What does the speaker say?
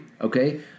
okay